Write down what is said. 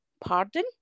pardon